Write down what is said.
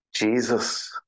Jesus